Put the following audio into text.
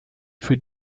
für